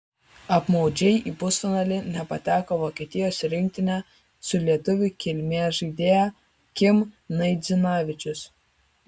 apmaudžiai į pusfinalį nepateko vokietijos rinktinė su lietuvių kilmės žaidėja kim naidzinavičius